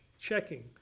checking